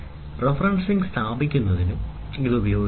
referencing സ്ഥാപിക്കുന്നതിനും ഇത് ഉപയോഗിക്കാം